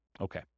okay